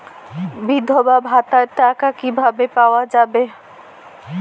বিধবা ভাতার টাকা কিভাবে পাওয়া যাবে?